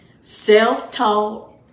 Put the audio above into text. Self-taught